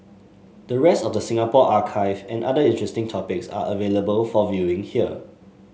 the rest of the Singapore archive and other interesting topics are available for viewing here